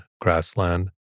grassland